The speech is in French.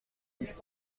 six